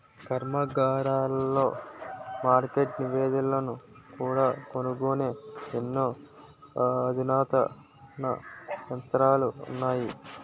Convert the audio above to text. కర్మాగారాలలో మార్కెట్ నివేదికలను కూడా కనుగొనే ఎన్నో అధునాతన యంత్రాలు ఉన్నాయి